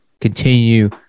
continue